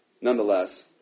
Nonetheless